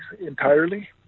entirely